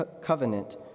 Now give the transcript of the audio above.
covenant